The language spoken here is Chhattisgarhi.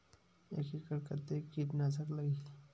एक एकड़ कतेक किट नाशक लगही?